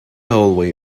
hallway